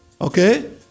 Okay